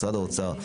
משרד האוצר.